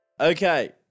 Okay